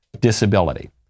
disability